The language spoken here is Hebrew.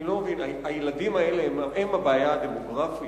הילדים האלה הם הבעיה הדמוגרפית?